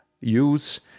use